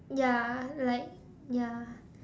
ya like ya